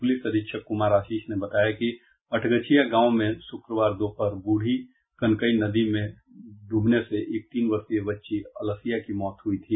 police अधीक्षक कुमार आशीष ने बताया कि अठगछिया गांव में शुक्रवार दोपहर बूढ़ी कनकई नदी में डूबने से एक तीन वर्षीय बच्ची अलसिया की मौत हुई थी